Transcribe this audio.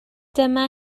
dyma